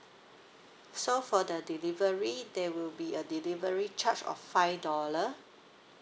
so for the delivery there will be a delivery charge of five dollar